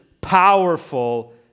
powerful